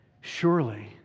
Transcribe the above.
Surely